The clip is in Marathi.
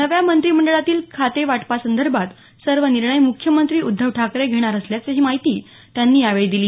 नव्या मंत्रिमंडळातील खाते वाटपासंदर्भात सर्व निर्णय मुख्यमंत्री उध्दव ठाकरे घेणार असल्याची माहितीही राऊत यांनी यावेळी दिली